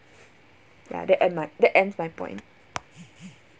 ya that end my that ends my point